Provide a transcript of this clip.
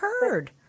heard